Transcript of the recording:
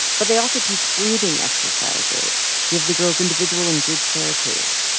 but they also teach breathing exercises, give the girls individual and group therapy.